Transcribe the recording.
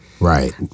Right